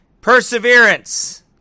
Perseverance